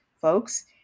folks